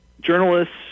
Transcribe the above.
journalists